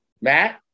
Matt